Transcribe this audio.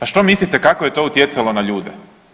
A što mislite kako je to utjecalo na ljude.